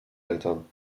eltern